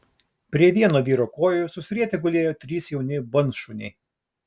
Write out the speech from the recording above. prie vieno vyro kojų susirietę gulėjo trys jauni bandšuniai